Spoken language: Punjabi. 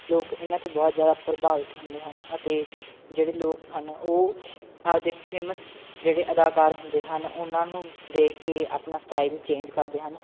ਲੋਕ ਇਹਨਾਂ ਤੋਂ ਬਹੁਤ ਜ਼ਿਆਦਾ ਪ੍ਰਭਾਵਿਤ ਹੁੰਦੇ ਹਨ ਅਤੇ ਜਿਹੜੇ ਲੋਕ ਹਨ ਉਹ ਆਪਣੇ ਫੇਮਸ ਜਿਹੜੇ ਅਦਾਕਾਰ ਹੁੰਦੇ ਹਨ ਉਹਨਾਂ ਨੂੰ ਦੇਖ ਕੇ ਆਪਣਾ ਸਟਾਈਲ ਚੇਂਜ ਕਰਦੇ ਹਨ